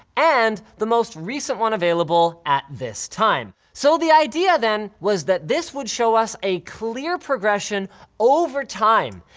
and, the most recent one available at this time. so the idea then, was that this would show us a clear progression over time.